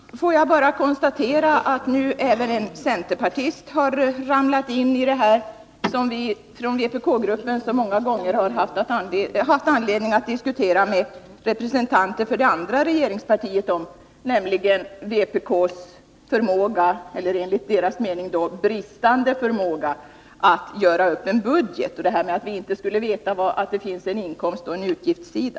Herr talman! Jag vill bara konstatera att nu även en centerpartist har ramlat in i detta som vi från vpk-gruppen så många gånger haft anledning att diskutera med representanter för det andra regeringspartiet, nämligen vpk:s förmåga eller — enligt dessa representanters mening — bristande förmåga att göra upp en budget, detta att vi inte skulle veta att det finns en inkomstoch en utgiftssida.